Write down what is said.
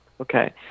okay